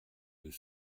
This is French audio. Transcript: deux